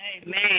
Amen